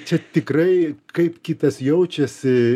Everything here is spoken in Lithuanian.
čia tikrai kaip kitas jaučiasi